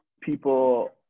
people